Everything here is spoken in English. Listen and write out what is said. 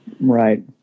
Right